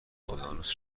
اقیانوس